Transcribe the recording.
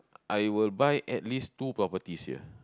I will buy at least two properties here